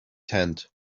tent